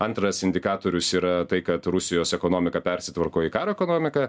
antras indikatorius yra tai kad rusijos ekonomika persitvarko į karo ekonomiką